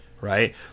right